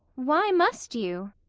why must you?